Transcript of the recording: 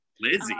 Lizzie